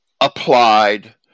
applied